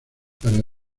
para